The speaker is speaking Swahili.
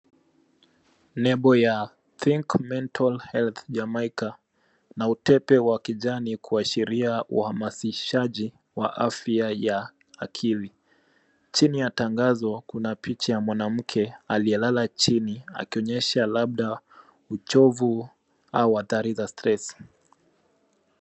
Lebo ya Think Mental Health Jamaica na utepe wa kijani kuashiria uamasishaji wa afya ya akili. Chini ya tangazo kuna picha ya mwanamke aliyelala chini akionyesha labda uchovu au hatari za stress .